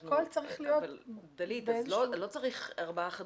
אז לא צריך ארבעה חדרים.